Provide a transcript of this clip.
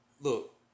look